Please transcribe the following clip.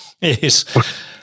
Yes